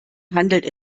handelt